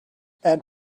and